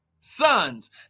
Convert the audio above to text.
Sons